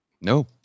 No